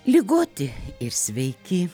ligoti ir sveiki